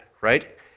right